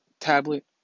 tablet